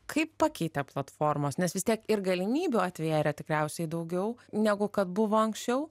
kaip pakeitė platformos nes vis tiek ir galimybių atvėrė tikriausiai daugiau negu kad buvo anksčiau